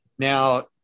Now